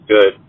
Good